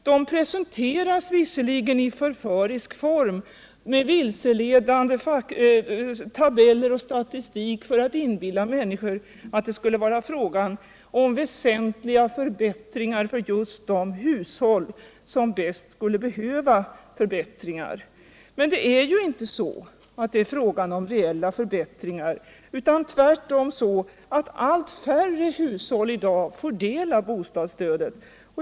De presenteras visserligen i förförisk form med vilseledande tabeller och statistik för att inbilla människor att det skulle vara fråga om väsentliga förbättringar för just de hushåll som bäst skulle behöva förbättringar. Men det är ju inte fråga om reella förbättringar. Tvärtom är det så att allt färre hushåll i dag får del av bostadsstödet.